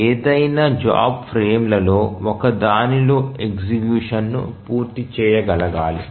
ఏదైనా జాబ్ ఫ్రేమ్లలో ఒకదానిలో ఎగ్జిక్యూషన్ పూర్తి చేయగలగాలి